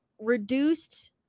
reduced